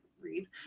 read